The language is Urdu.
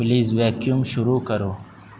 پلیز ویکیوم شروع کرو